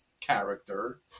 character